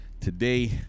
Today